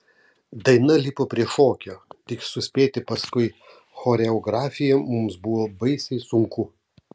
daina lipo prie šokio tik suspėti paskui choreografiją mums buvo baisiai sunku